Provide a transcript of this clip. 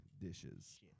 dishes